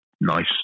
nice